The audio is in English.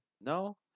No